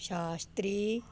ਸ਼ਾਸਤਰੀ